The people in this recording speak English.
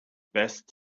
best